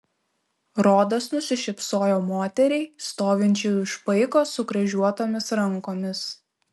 rodas nusišypsojo moteriai stovinčiai už paiko sukryžiuotomis rankomis